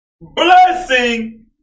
Blessing